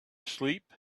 sleep